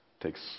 takes